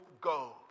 go